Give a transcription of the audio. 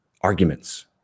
arguments